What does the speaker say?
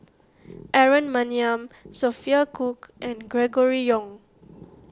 Aaron Maniam Sophia Cooke and Gregory Yong